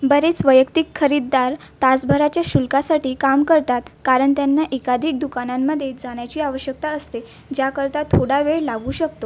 बरेच वैयक्तिक खरीददार तासभराच्या शुल्कासाठी काम करतात कारण त्यांना एकाधिक दुकानांमध्ये जाण्याची आवश्यकता असते ज्याकरता थोडा वेळ लागू शकतो